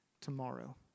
tomorrow